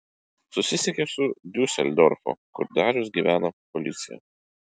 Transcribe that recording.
susisiekė su diuseldorfo kur darius gyvena policija